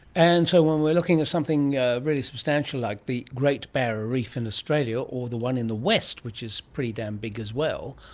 and so when we're looking at something really substantial like the great barrier reef in australia or the one in the west which is pretty damn big as well,